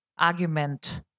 argument